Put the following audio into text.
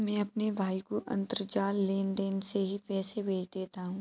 मैं अपने भाई को अंतरजाल लेनदेन से ही पैसे भेज देता हूं